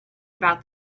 about